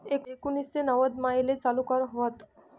एकोनिससे नव्वदमा येले चालू कर व्हत